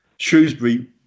Shrewsbury